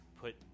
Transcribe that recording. put